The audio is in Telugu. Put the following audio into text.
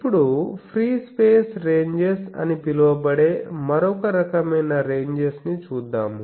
ఇప్పుడు ఫ్రీ స్పేస్ రెంజెస్ అని పిలువబడే మరొక రకమైన రెంజెస్ ని చూద్దాము